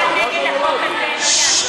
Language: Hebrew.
בבקשה.